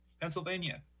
Pennsylvania